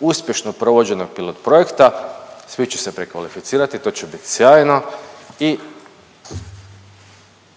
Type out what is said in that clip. uspješno provođenog pilot projekta svi će se prekvalificirati, to će bit sjajno i